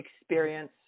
experience